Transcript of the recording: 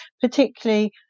particularly